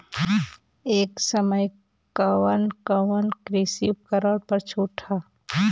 ए समय कवन कवन कृषि उपकरण पर छूट ह?